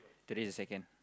today is second